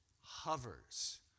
hovers